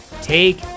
Take